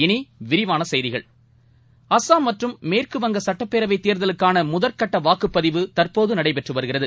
இனி விரிவாள செய்திகள் அசாம் மற்றம் மேற்குவங்க சட்டப் பேரவைத் தேர்தலுக்கான முதல் கட்ட வாக்குப் பதிவு தற்போது நடைபெற்று வருகிறது